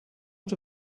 out